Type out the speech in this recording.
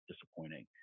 disappointing